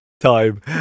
time